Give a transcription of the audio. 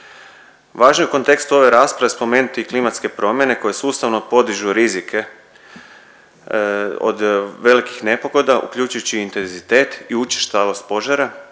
Važno je u kontekstu ove rasprave spomenuti i klimatske promjene koje sustavno podižu rizike od velikih nepogoda uključujući i intenzitet i učestalost požara,